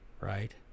right